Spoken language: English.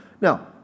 Now